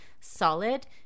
solid